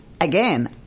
again